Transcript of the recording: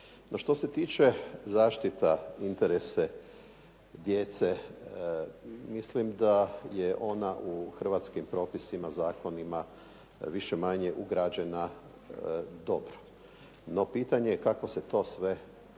što se tiče zaštita interesa djece mislim da je ona u hrvatskim propisima, zakonima, više-manje ugrađena dobro. No pitanje je kako se sve to